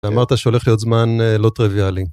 אמרת שהולך להיות זמן לא טריוויאלי.